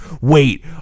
Wait